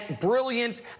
brilliant